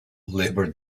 labor